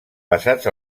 passats